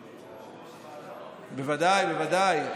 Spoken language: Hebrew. בוודאי, בוודאי.